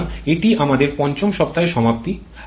সুতরাং এটি আমাদের পঞ্চম সপ্তাহের সমাপ্তি